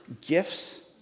gifts